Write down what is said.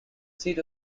seat